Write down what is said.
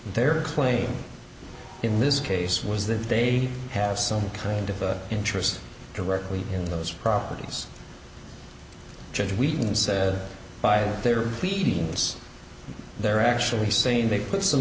their claim in this case was that they have some kind of interest directly in those properties judge we said by their pleadings they're actually saying they put some